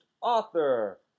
author